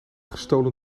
gestolen